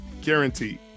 guaranteed